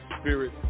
Spirit